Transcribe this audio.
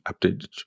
updated